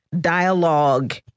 dialogue